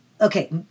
Okay